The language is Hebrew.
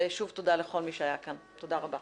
ושוב תודה לכל מי שהיה כאן, תודה רבה.